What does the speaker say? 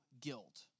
guilt